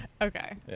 Okay